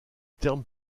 terme